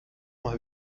mal